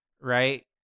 right